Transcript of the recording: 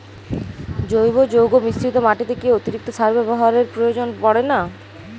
জৈব যৌগ মিশ্রিত মাটিতে কি অতিরিক্ত সার ব্যবহারের প্রয়োজন পড়ে না?